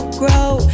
grow